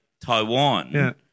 Taiwan